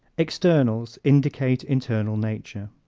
externals indicate internal nature